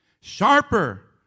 sharper